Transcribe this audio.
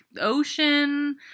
ocean